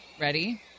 Ready